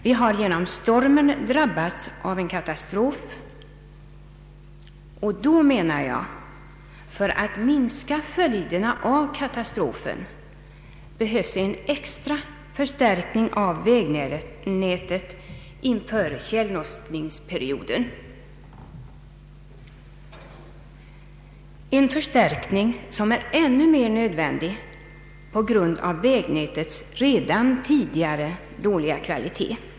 Vi har genom stormen drabbats av en katastrof, och för att minska följderna av den katastrofen behövs en extra förstärkning av vägnätet inför tjällossningsperioden; en förstärkning som är än mer nödvändig på grund av vägnätets redan tidigare dåliga kvalitet.